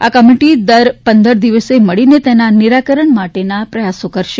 આ કમિટી દર પંદર દિવસે મળીને તેના નિરાકરણ માટેના પ્રયાસો કરશે